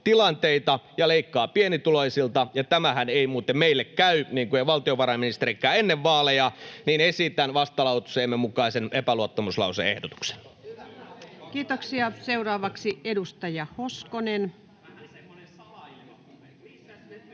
ja leikkaa pienituloisilta — ja tämähän ei muuten meille käy, niin kuin ei valtiovarainministerillekään ennen vaaleja — esitän vastalauseemme mukaisen epäluottamuslause-ehdotuksen. [Kokoomuksen ryhmästä: Vähän semmoinen